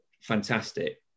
fantastic